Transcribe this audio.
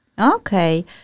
Okay